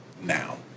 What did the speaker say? now